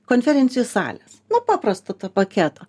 konferencijų salės nu paprastą tą paketą